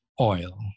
oil